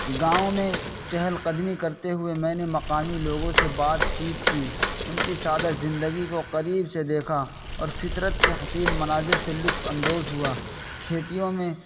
گاؤں میں چہل قدمی کرتے ہوئے میں نے مقامی لوگوں سے بات چیت کی ان کی سادہ زندگی کو قریب سے دیکھا اور فطرت کے حسین مناظر سے لطف اندوز ہوا کھیتیوں میں